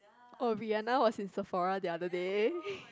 oh Rihanna was in Sephora the other day